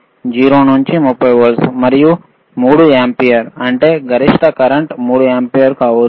0 నుండి 30 వోల్ట్లు మరియు 3 ఆంపియర్ అంటే గరిష్ట కరెంట్ 3 ఆంపియర్ కావచ్చు